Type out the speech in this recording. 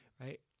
right